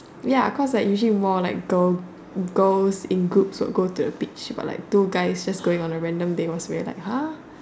ya cause like usually more like girl girls in groups will go to the beach but like two guys that's going on a random date was like !huh!